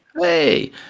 hey